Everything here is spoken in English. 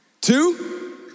Two